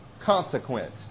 consequence